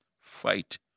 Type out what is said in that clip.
Fight